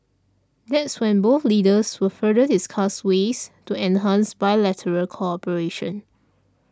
that's when both leaders will further discuss ways to enhance bilateral cooperation